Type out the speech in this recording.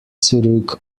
zurück